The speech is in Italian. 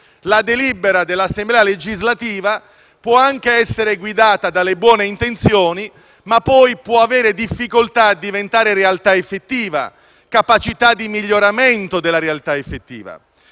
la delibera dell'Assemblea legislativa può anche essere guidata da buone intenzioni, ma poi può avere difficoltà a diventare realtà effettiva, ad avere capacità di miglioramento della realtà effettiva.